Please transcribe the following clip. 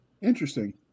Interesting